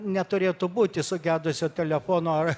neturėtų būti sugedusio telefono ar